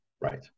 Right